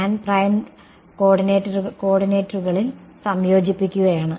ഞാൻ പ്രൈംഡ് കോർഡിനേറ്റുകളിൽ സംയോജിപ്പിക്കുകയാണ്